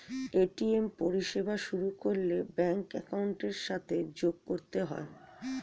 ATM পরিষেবা শুরু করলে ব্যাঙ্ক অ্যাকাউন্টের সাথে যোগ করতে হয়